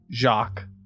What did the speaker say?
Jacques